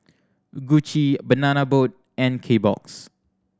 Gucci Banana Boat and Kbox